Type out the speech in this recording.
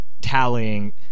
tallying